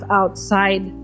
outside